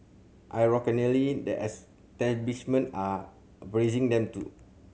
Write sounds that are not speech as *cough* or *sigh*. *unintelligible* the establishment are praising them too